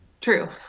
True